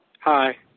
Hi